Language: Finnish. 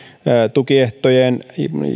tukiehtojen